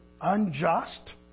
unjust